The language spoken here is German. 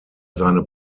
seine